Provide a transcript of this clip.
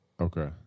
Okay